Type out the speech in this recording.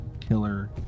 killer